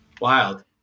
Wild